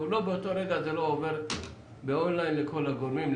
מדוע באותו רגע זה לא עובר באון-ליין לכל הגורמים.